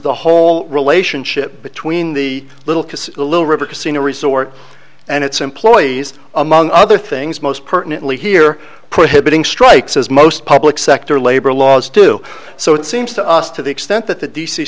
the whole relationship between the little the little river casino resort and its employees among other things most pertinently here putting strikes as most public sector labor laws do so it seems to us to the extent that the d